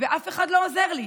ואף אחד לא עוזר לי.